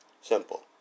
Simple